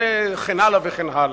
וכן הלאה וכן הלאה.